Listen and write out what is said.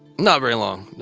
not very long.